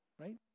right